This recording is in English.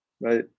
right